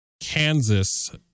Kansas